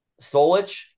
Solich